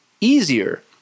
easier